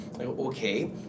Okay